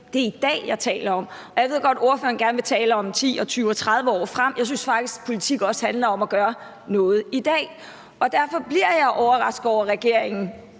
Det er i dag, jeg taler om. Jeg ved godt, ordføreren gerne vil tale om 10 og 20 og 30 år frem i tiden. Jeg synes faktisk, politik også handler om at gøre noget i dag, og derfor bliver jeg overrasket over regeringen,